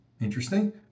interesting